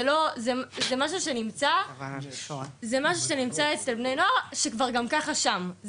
זה משהו שנמצא אצל בני נוער שכבר גם ככה שם,